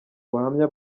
buhamya